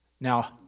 Now